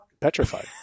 petrified